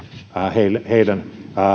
heidän heidän